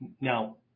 Now